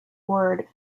word